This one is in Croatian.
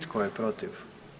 Tko je protiv?